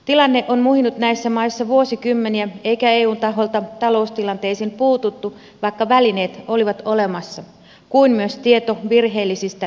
tilanne on muhinut näissä maissa vuosikymmeniä eikä eun taholta taloustilanteisiin puututtu vaikka välineet olivat olemassa kuin myös tieto virheellisistä talousluvuista